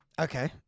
Okay